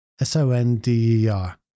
S-O-N-D-E-R